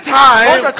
time